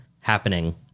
happening